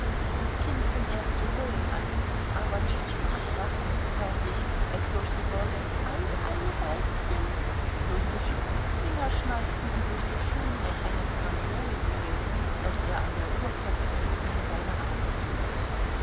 das kind fing erst zu heulen an aber tschitschikow brachte es fertig es durch die worte ei ei herzchen durch geschicktes fingerschnalzen und durch die schönheit eines karneolsiegels das er an der uhrkette trug in seine arme zu locken